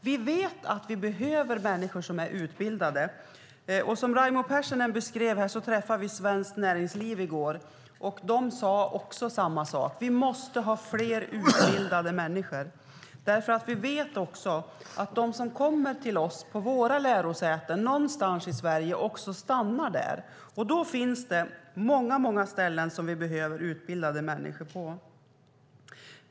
Vi vet att vi behöver människor som är utbildade. Som Raimo Pärssinen beskrev träffade vi i går företrädare för Svenskt Näringsliv. De sade också samma sak: Vi måste ha fler utbildade människor. Vi vet också att de som kommer till våra lärosäten någonstans i Sverige också stannar där. Då finns det många ställen som vi behöver utbildade människor på.